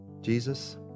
Jesus